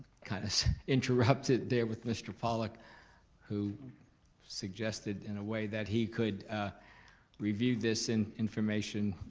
kinda interrupted there with mr. pollock who suggested, in a way, that he could review this and information